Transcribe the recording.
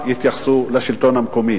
של אזורי עדיפות לאומית במערכת החינוך.